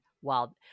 while-